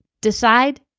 Decide